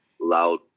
loud